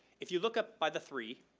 if you look up by the three,